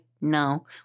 no